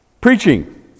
Preaching